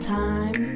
time